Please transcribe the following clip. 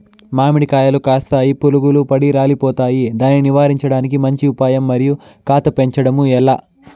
మామిడి కాయలు కాస్తాయి పులుగులు పడి రాలిపోతాయి దాన్ని నివారించడానికి మంచి ఉపాయం మరియు కాత పెంచడము ఏలా?